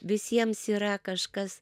visiems yra kažkas